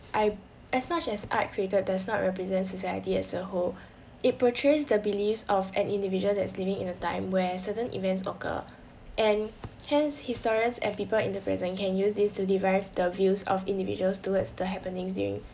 I as much as art created does not represent society as a whole it portrays the beliefs of an individual that's living in a time where certain events occur and hence historians and people in the present can use this to derive the views of individuals towards the happenings during